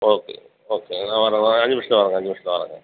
okay okay நான் வரேன் நான் அஞ்சு நிமிஷத்தில் வரேங்க அஞ்சு நிமிஷத்தில் வரேங்க